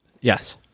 Yes